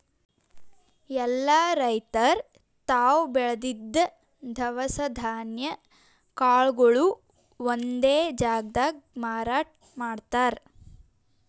ಎಲ್ಲಾ ರೈತರ್ ತಾವ್ ಬೆಳದಿದ್ದ್ ದವಸ ಧಾನ್ಯ ಕಾಳ್ಗೊಳು ಒಂದೇ ಜಾಗ್ದಾಗ್ ಮಾರಾಟ್ ಮಾಡ್ತಾರ್